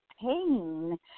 pain